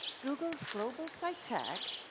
google global site tag,